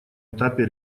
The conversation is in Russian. этапе